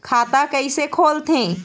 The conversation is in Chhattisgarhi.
खाता कइसे खोलथें?